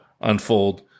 unfold